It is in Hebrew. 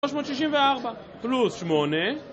364, פלוס שמונה